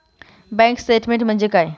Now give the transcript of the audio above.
Bank statement म्हणजे काय?